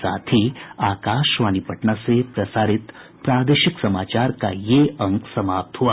इसके साथ ही आकाशवाणी पटना से प्रसारित प्रादेशिक समाचार का ये अंक समाप्त हुआ